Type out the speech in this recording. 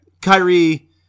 Kyrie